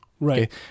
Right